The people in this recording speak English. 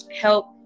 help